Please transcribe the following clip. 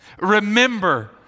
remember